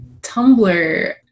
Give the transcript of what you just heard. Tumblr